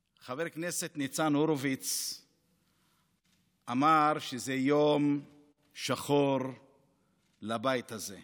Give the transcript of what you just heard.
חבר הכנסת ניצן הורוביץ אמר שזה יום שחור לבית הזה,